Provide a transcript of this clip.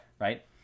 Right